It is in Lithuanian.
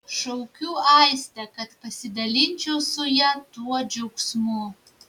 šaukiu aistę kad pasidalinčiau su ja tuo džiaugsmu